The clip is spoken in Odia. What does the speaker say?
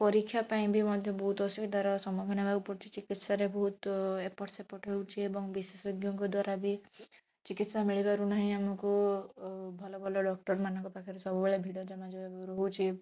ପରୀକ୍ଷା ପାଇଁ ବି ମଧ୍ୟ ବହୁତ ଅସୁବିଧାର ସମ୍ମୁଖୀନ ହବାକୁ ପଡ଼ୁଛି ଚିକିତ୍ସାରେ ବହୁତ ଏପଟ ସେପଟ ହେଉଛି ଏବଂ ବିଶେଷଜ୍ଞଙ୍କ ଦ୍ବାରା ବି ଚିକିତ୍ସା ମିଳିପାରୁ ନାହିଁ ଆମକୁ ଭଲ ଭଲ ଡକ୍ଟର ମାନଙ୍କ ପାଖରେ ସବୁବେଳେ ଭିଡ଼ ଜମା ଯେଉଁ ରହୁଛି